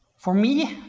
for me,